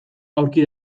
aurki